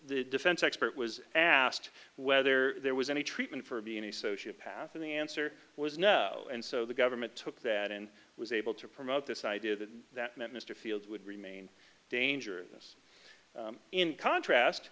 the defense expert was asked whether there was any treatment for being a sociopath and the answer was no and so the government took that and was able to promote this idea that that meant mr field would remain dangerous